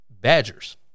Badgers